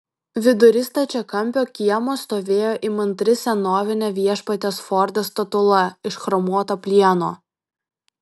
vidury stačiakampio kiemo stovėjo įmantri senovinė viešpaties fordo statula iš chromuoto plieno